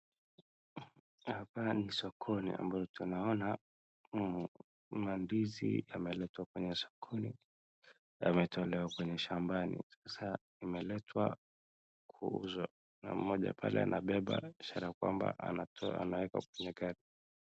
Hapa ni sokoni ambapo tunaona mandizi yameletwa kwenye sokoni. Yametolewa kwenye shambani. Sasa yameletwa kuuzwa na mmoja pale anabeba ishara ya kwamba anatoa anaweka kwenye gari.